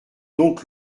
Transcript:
donc